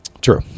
True